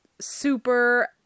super